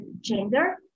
gender